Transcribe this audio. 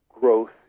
growth